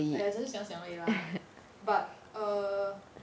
!aiya! 只是想想而已 lah but err